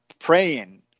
Praying